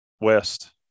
West